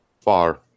far